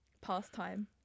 pastime